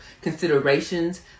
considerations